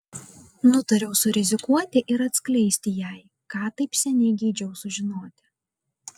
nutariau surizikuoti ir atskleisti jai ką taip seniai geidžiau sužinoti